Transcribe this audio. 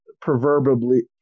proverbially